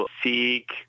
seek